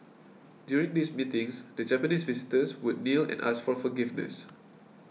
during these meetings the Japanese visitors would kneel and ask for forgiveness